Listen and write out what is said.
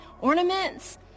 Ornaments